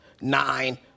nine